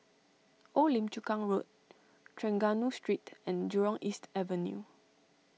Old Lim Chu Kang Road Trengganu Street and Jurong East Avenue